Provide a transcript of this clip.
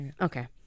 Okay